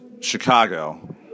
Chicago